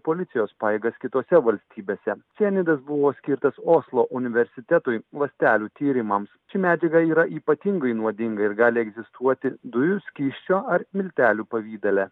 policijos pajėgas kitose valstybėse cianidas buvo skirtas oslo universitetui ląstelių tyrimams ši medžiaga yra ypatingai nuodinga ir gali egzistuoti dujų skysčio ar miltelių pavidale